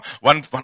one